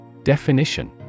Definition